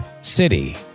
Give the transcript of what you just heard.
City